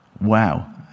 Wow